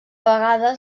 vegades